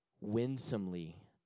winsomely